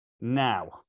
now